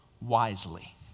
wisely